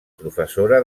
professora